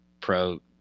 pro